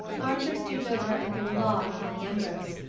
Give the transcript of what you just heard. archer stooped over and threw a log upon the embers.